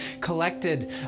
collected